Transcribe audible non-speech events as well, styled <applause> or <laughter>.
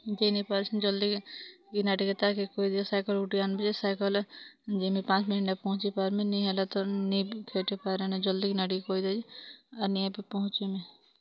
ଯେଇ ନେଇ ପାରୁଛନ୍ ଜଲ୍ଦି କିନା ଟିକେ ତାକେ କହିଦିଅ ସାଇକେଲ୍ ଗୁଟେ ଆଣବି ସାଇକେଲ୍ ଯିମି ପାଞ୍ଚ୍ ମିନିଟ୍ ପାରମି ନେଇ ହେଲା ତ ନେଇ ସେଟି ପାରନା ଜଲ୍ଦି ନା ଟିକେ କହି ଦେ <unintelligible> ନେଇବି ପହଞ୍ଚିମି